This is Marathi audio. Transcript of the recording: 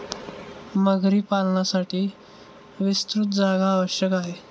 मगरी पालनासाठी विस्तृत जागा आवश्यक आहे